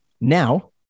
Now